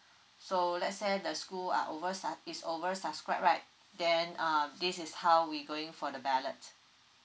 so let's say the school are oversu~ is oversubscribed right then ah this is how we going for the ballot